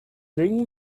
drink